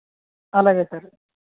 అలాగే సార్